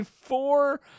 four